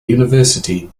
university